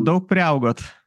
daug priaugot